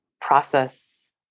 process